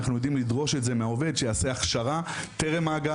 אנחנו יודעים לדרוש את זה מהעובד שיעשה הכשרה טרם ההגעה